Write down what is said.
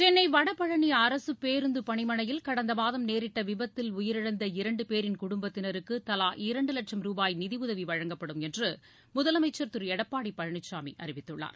சென்னை வடபழனி அரசுப்பேருந்து பணிமனையில் கடந்த மாதம் நேரிட்ட விபத்தில் உயிரிழந்த இரண்டு பேரின் குடும்பத்தினருக்கு தலா இரண்டு வட்சும் ரூபாய் நிதியுதவி வழங்கப்படும் என்று முதலமைச்சர் திரு எடப்பாடி பழனிசாமி அறிவித்துள்ளார்